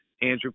Andrew